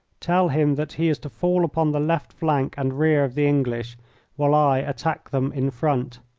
tell him that he is to fall upon the left flank and rear of the english while i attack them in front.